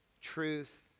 truth